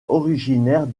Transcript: originaires